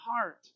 heart